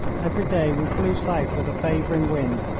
every day we flew south with a favouring wind,